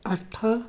ଆଠ